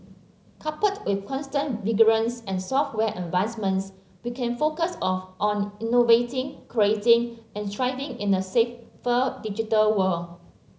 coupled with constant vigilance and software advancements we can focus on on innovating creating and thriving in a safer digital world